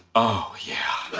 oh, yeah.